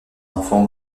enfant